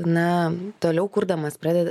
na toliau kurdamas pradeda